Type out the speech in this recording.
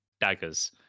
daggers